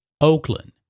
Oakland